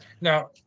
now